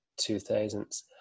2000s